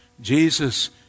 Jesus